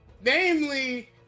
Namely